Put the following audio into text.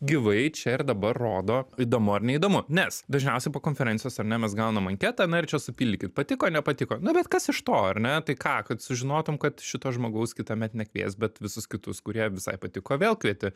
gyvai čia ir dabar rodo įdomu ar neįdomu nes dažniausiai po konferencijos ar ne mes gaunam anketą na ir čia supildykit patiko nepatiko nu bet kas iš to ar ne tai ką kad sužinotum kad šito žmogaus kitąmet nekvies bet visus kitus kurie visai patiko vėl kvieti